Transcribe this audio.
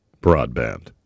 broadband